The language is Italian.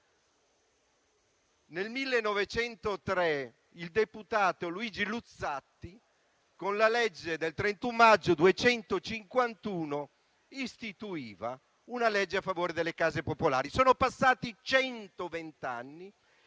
nel 1903 il deputato Luigi Luzzatti, con la legge del 31 maggio 1903, n. 251, istituiva una legge a favore delle case popolari. Sono passati centoventi